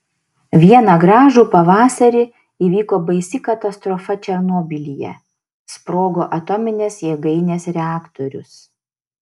vieną gražų pavasarį įvyko baisi katastrofa černobylyje sprogo atominės jėgainės reaktorius